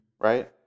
Right